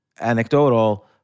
anecdotal